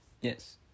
yes